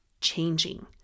changing